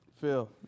Phil